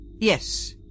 Yes